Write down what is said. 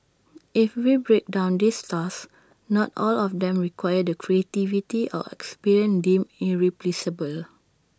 if we break down these tasks not all of them require the 'creativity' or 'experience' deemed irreplaceable